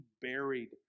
buried